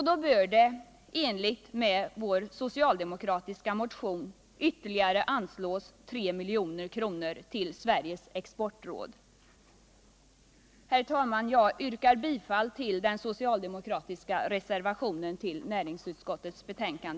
Då bör det i enlighet med vår socialdemokratiska motion anslås ytterligare 3 milj.kr. vill Sveriges exportråd.